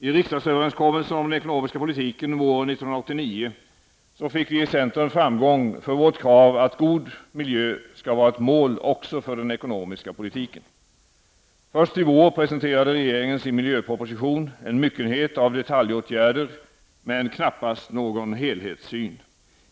I riksdagsöverenskommelsen om den ekonomiska politiken våren 1989 fick vi i centern framgång för vårt krav att god miljö skall vara ett mål också för den ekonomiska politiken. Först i vår presenterade regeringen sin miljöproposition -- en myckenhet av deltaljåtgärder, men ingen helhetssyn.